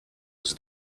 was